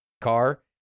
car